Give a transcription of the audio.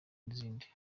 n’izindi